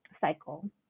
cycle